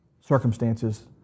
circumstances